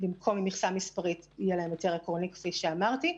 במקום מכסה מספרית יהיה להם היתר עקרוני כפי שאמרתי.